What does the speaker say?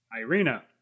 Irina